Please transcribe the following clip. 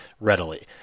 readily